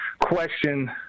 question –